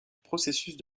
processus